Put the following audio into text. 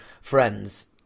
friends